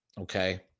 Okay